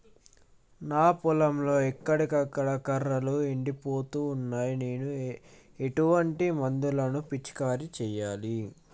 మా పొలంలో అక్కడక్కడ కర్రలు ఎండిపోతున్నాయి నేను ఎటువంటి మందులను పిచికారీ చెయ్యాలే?